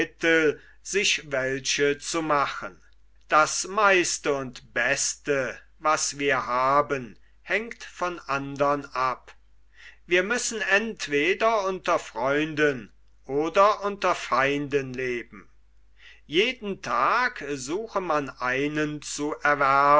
sich welche zu machen das meiste und beste was wir haben hängt von andern ab wir müssen entweder unter freunden oder unter feinden leben jeden tag suche man einen zu erwerben